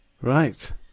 Right